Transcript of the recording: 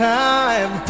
time